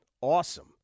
Awesome